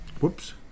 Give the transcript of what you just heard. Whoops